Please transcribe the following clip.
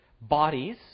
bodies